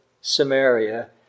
Samaria